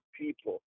people